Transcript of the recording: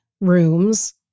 rooms